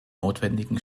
notwendigen